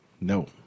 no